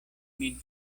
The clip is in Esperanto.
nin